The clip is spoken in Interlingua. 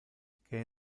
que